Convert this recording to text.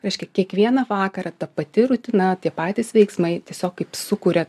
reiškia kiekvieną vakarą ta pati rutina tie patys veiksmai tiesiog kaip sukuria